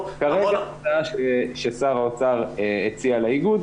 ------ כרגע ההצעה ששר האוצר הציע לאיגוד,